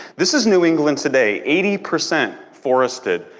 this is new england today. eighty percent forested.